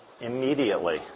immediately